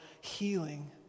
healing